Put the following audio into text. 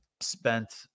spent